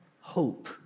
hope